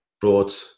brought